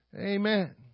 Amen